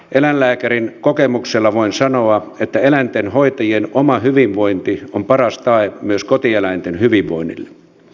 eläinlääkärin kokemuksella voin sanoa että eläintenhoitajien oma hyvinvointi on paras tae myös kotieläinten hyvinvoinnille